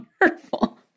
wonderful